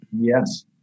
Yes